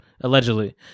allegedly